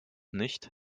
nicht